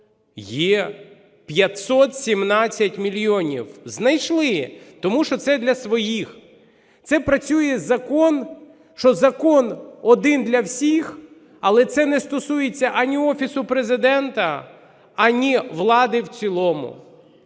є 517 мільйонів. Знайшли. Тому що це для своїх. Це працює закон, що закон один для всіх. Але це не стосується ані Офісу Президента, ані влади в цілому.